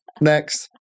Next